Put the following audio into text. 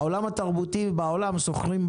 בפריפריה אפילו רבע דונם צמוד קרקע בפחות ממיליון שקל.